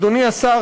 אדוני השר,